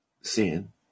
Sin